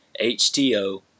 HTO